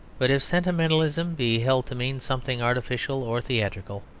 but if sentimentalism be held to mean something artificial or theatrical,